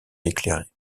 éclairés